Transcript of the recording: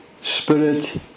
Spirit